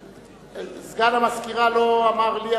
סגן המזכירה לא אמר לי,